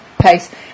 pace